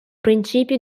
principio